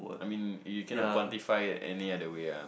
I mean you cannot quantify it any other way ah